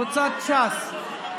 קבוצת סיעת ש"ס,